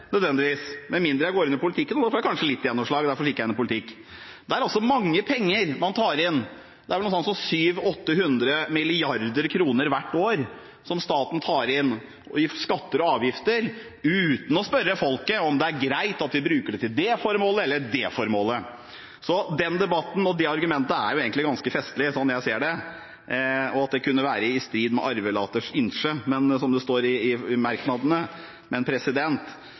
nødvendigvis, med mindre jeg går inn i politikken. Da får jeg kanskje litt gjennomslag, og derfor gikk jeg inn i politikken. Det er mange penger man tar inn, det er vel noe sånt som 700–800 mrd. kr hvert år som staten tar inn i skatter og avgifter uten å spørre folket om det er greit at vi bruker det til det formålet eller det formålet. Så den debatten og det argumentet er egentlig ganske festlig, sånn jeg ser det, at det kunne «vere i strid med arvelatars ynske», som det står i merknadene. Det er altså slik i